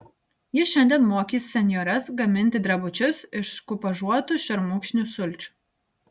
ji šiandien mokys senjores gaminti drebučius iš kupažuotų šermukšnių sulčių